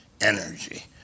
energy